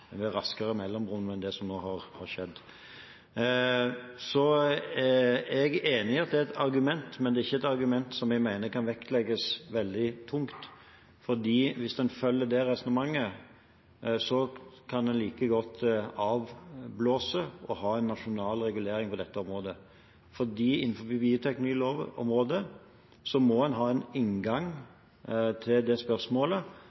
enn det som har skjedd. Så er jeg enig i at det er et argument, men det er ikke et argument som jeg mener kan vektlegges veldig tungt, for hvis en følger det resonnementet, kan en like godt avblåse å ha en nasjonal regulering på dette området. Innenfor bioteknologiområdet må en ha en inngang til det spørsmålet